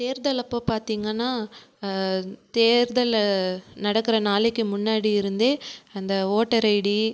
தேர்தல் அப்போது பார்த்திங்கனா தேர்தலை நடக்கிற நாளைக்கு முன்னாடி இருந்தே அந்த ஓட்டர் ஐடி